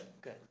good